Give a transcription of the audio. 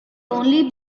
only